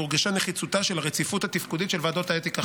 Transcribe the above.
והורגשה נחיצותה של הרציפות התפקודית של ועדות האתיקה.